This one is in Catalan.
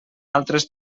altres